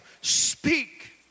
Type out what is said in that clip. speak